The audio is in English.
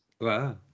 wow